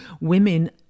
women